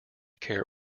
care